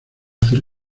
hacer